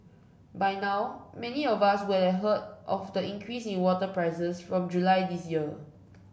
by now many of us would have heard of the increase in water prices from July this year